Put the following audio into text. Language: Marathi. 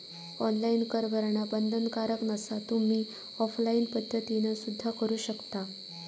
ऑनलाइन कर भरणा बंधनकारक नसा, तुम्ही ऑफलाइन पद्धतीना सुद्धा करू शकता